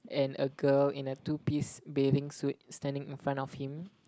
and a girl in a two piece bathing suit standing in front of him